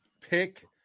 pick